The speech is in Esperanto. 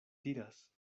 tiras